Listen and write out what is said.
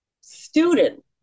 student